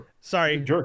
Sorry